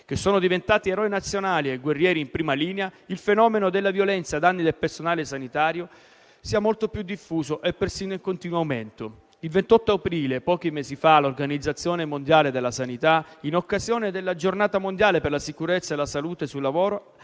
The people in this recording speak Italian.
che sono diventati eroi nazionali e guerrieri in prima linea, il fenomeno della violenza ai danni del personale sanitario sia molto più diffuso e persino in continuo aumento. Il 28 aprile, pochi mesi fa, l'Organizzazione mondiale della sanità, in occasione della Giornata mondiale per la salute e la sicurezza sul lavoro,